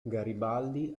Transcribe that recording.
garibaldi